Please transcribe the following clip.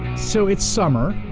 so it's summer.